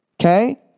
Okay